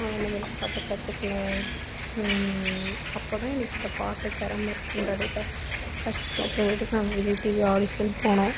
அப்புறம் இந்த மாதிரி பாட்டுக் கற்றுக்கணும் அப்ப தான் எனக்கு இந்த பாட்டு திறம இருக்குன்றதே கற்றுக்கிட்டு அப்புறம் வீட்டுக்கலாம் விஜய் டிவி ஆடிஷன் போனோம்